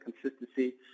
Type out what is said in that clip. consistency